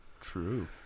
True